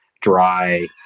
dry